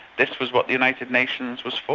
this was what the united nations was for.